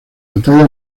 batalla